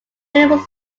williams